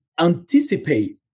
anticipate